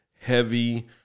heavy